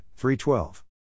3-12